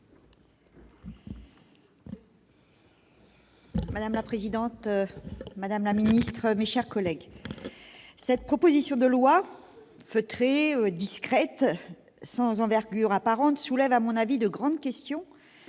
Madame la présidente, madame la secrétaire d'État, mes chers collègues, cette proposition de loi, feutrée, discrète, sans envergure apparente, soulève à mon avis de grandes questions